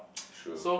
true